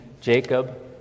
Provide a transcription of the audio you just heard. Jacob